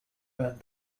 band